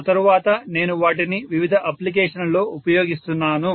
ఆ తరువాత నేను వాటిని వివిధ అప్లికేషన్లలో ఉపయోగిస్తున్నాను